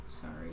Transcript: sorry